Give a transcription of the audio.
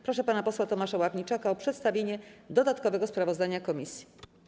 Proszę pana posła Tomasza Ławniczaka o przedstawienie dodatkowego sprawozdania komisji.